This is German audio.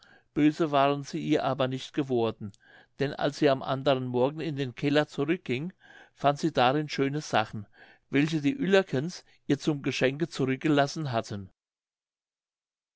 böse waren sie ihr aber nicht geworden denn als sie am anderen morgen in den keller zurückging fand sie darin schöne sachen welche die uellerkens ihr zum geschenke zurückgelassen hatten